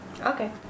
Okay